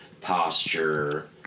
posture